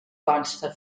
consta